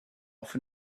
off